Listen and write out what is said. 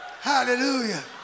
hallelujah